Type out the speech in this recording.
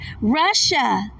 Russia